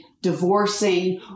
divorcing